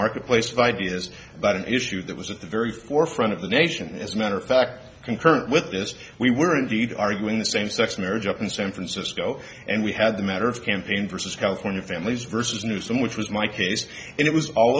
marketplace of ideas about an issue that was at the very forefront of the nation as a matter of fact concurrent with this we were indeed arguing the same sex marriage up in san francisco and we had the matter of campaign versus california families versus new some which was my case it was all